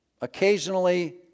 occasionally